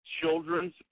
children's